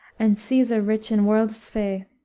and caesar rich in worldes fee?